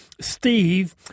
Steve